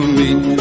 meet